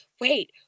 Wait